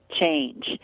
change